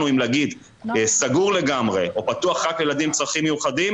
אם להגיד סגור לגמרי או פתוח רק לילדים עם צרכים מיוחדים,